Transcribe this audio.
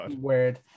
weird